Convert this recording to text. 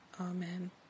Amen